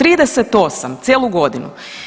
38, cijelu godinu.